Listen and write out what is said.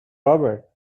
over